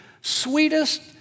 sweetest